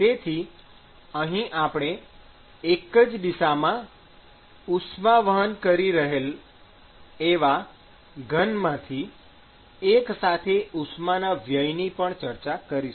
તેથી અહીં આપણે એક જ દિશામાં ઉષ્માવહન કરી રહેલ એવા ઘનમાંથી એક સાથે ઉષ્માના વ્યયની પણ ચર્ચા કરીશું